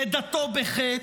לידתו בחטא,